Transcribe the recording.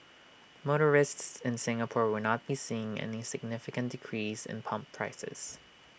motorists in Singapore will not be seeing any significant decrease in pump prices